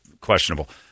questionable